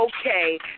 okay